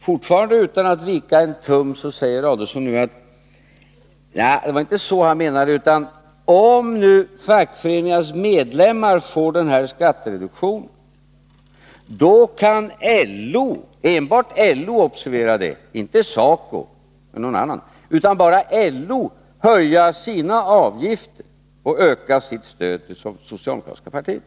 Fortfarande utan att vika en tum säger herr Adelsohn nu: Nej, det var inte så han menade, utan om nu fackföreningarnas medlemmar får den här skattereduktionen, då kan LO — enbart LO, observera det, inte SACO eller någon annan — höja sina avgifter och öka sitt stöd till det socialdemokratiska partiet.